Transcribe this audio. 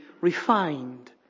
refined